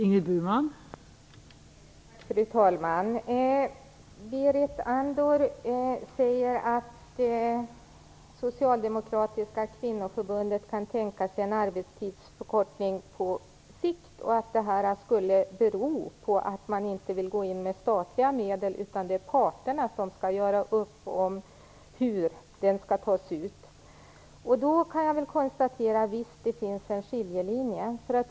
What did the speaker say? Fru talman! Berit Andnor säger att Socialdemokratiska kvinnoförbundet kan tänka sig en arbetstidsförkortning på sikt, och att det beror på att man inte vill gå in med statliga medel, utan att det är parterna som skall göra upp om hur den skall tas ut. Då kan jag konstatera att det visst finns en skiljelinje.